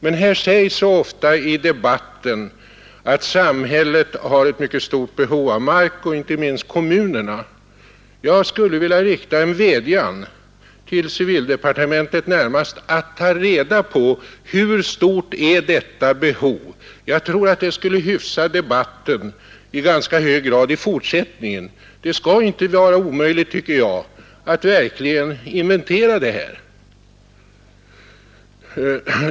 Men här sägs så ofta i debatten att samhället har ett mycket stort behov av mark, inte minst kommunerna. Jag skulle vilja rikta en vädjan närmast till civildepartementet att ta reda på hur stort detta behov är. Jag tror att det skulle hyfsa debatten i fortsättningen i ganska hög grad. Det skulle inte vara omöjligt, tycker jag, att verkligen inventera behovet.